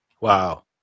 Wow